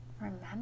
remember